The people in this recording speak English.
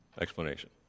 explanation